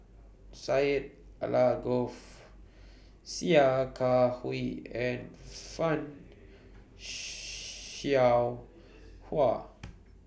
Syed Alsagoff Sia Kah Hui and fan Shao Hua